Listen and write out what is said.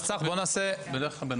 צח, בואו נעשה הקראה.